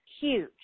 huge